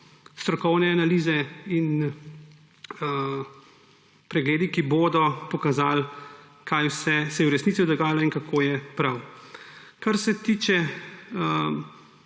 strokovne analize in pregledi, ki bodo, pokazali, kaj vse se je v resnici dogajalo in kako je prav. Kar se tiče